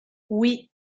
oui